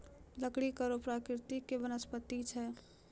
लकड़ी कड़ो प्रकृति के वनस्पति छै